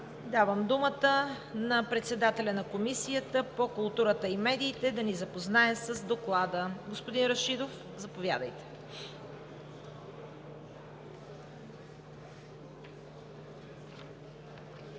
Давам думата на председателя на Комисията по културата и медиите да ни запознае с Доклада. Господин Рашидов, заповядайте.